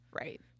Right